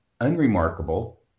unremarkable